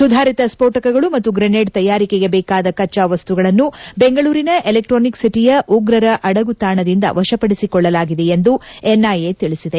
ಸುಧಾರಿತ ಸ್ಪೋಟಕಗಳು ಮತ್ತು ಗ್ರೆನೇಡ್ ತಯಾರಿಕೆಗೆ ಬೇಕಾದ ಕಚ್ಚಾ ವಸ್ತುಗಳನ್ನು ಬೆಂಗಳೂರಿನ ಎಲೆಕ್ಟ್ರಾನಿಕ್ ಸಿಟಿಯ ಉಗ್ರರ ಅಡಗುತಾಣದಿಂದ ವಶಪಡಿಸಿಕೊಳ್ಳಲಾಗಿದೆ ಎಂದು ಎನ್ಐಎ ತಿಳಿಸಿದೆ